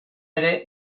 ere